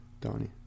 Donnie